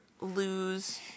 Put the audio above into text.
lose